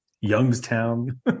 Youngstown